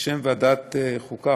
בשם ועדת החוקה,